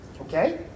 Okay